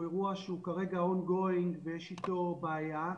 אירוע שהוא כרגע און גואינג ויש איתו בעיה.